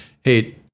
Hey